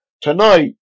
Tonight